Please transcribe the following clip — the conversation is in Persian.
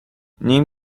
نیم